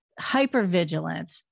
hyper-vigilant